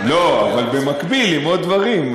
לא, אבל במקביל, עם עוד דברים.